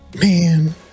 Man